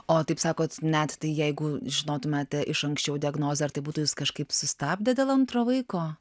o taip sakot net jeigu žinotumėte iš anksčiau diagnozę ar tai būtų jus kažkaip sustabdę dėl antro vaiko